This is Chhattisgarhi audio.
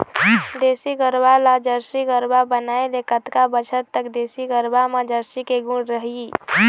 देसी गरवा ला जरसी गरवा बनाए ले कतका बछर तक देसी गरवा मा जरसी के गुण रही?